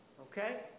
Okay